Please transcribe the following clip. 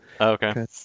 Okay